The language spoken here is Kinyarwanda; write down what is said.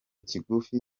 kigufi